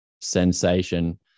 sensation